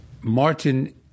Martin